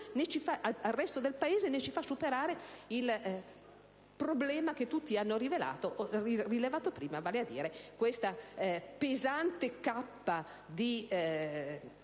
al resto del Paese, né ci fa superare il problema che tutti hanno prima rilevato, vale a dire la pesante cappa di